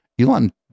Elon